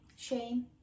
shame